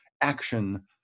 action